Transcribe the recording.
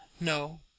No